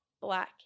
black